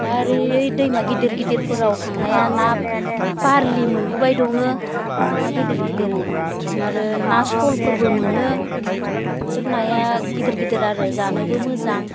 दा आरो दैमा गिदिर गिदिरफोराव थांनाया ना बारलि मोनबोबाय दङ ना गिदिर गिदिर आरो ना सलफोरबो मोनो बेफोर नाया गिदिर गिदिर आरो जानोबो मोजां